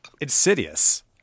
Insidious